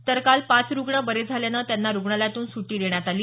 तर काल पाच रुग्ण बरे झाल्यानं त्यांना रुग्णालयातून सुटी देण्यात आली